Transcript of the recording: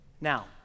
Now